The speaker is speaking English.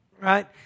right